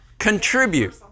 contribute